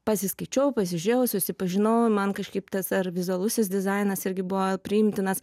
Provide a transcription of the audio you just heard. pasiskaičiau pasižiūrėjau susipažinau man kažkaip tas ar vizualusis dizainas irgi buvo priimtinas